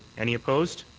any opposed?